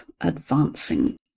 advancing